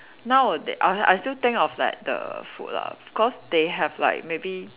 nowad~ I I think still think of like the food lah cause they have like maybe